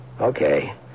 Okay